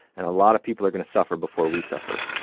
and a lot of people are going to suffer before we suffer.